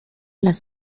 las